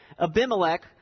Abimelech